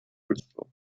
crystal